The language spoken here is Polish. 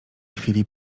chwili